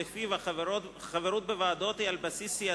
שלפיו החברות בוועדות היא על בסיס סיעתי,